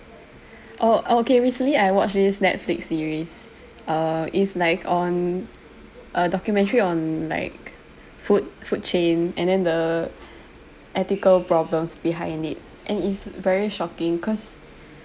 oh okay recently I watched this netflix series err it's like on a documentary on like food food chain and then the ethical problems behind it and it's very shocking cause